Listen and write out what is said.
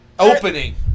Opening